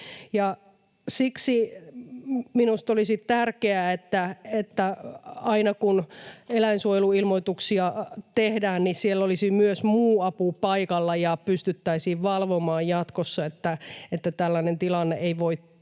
siksi minusta olisi tärkeää, että aina kun eläinsuojeluilmoituksia tehdään, siellä olisi myös muu apu paikalla ja pystyttäisiin valvomaan jatkossa, että tällainen tilanne ei voi toistua.